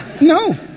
No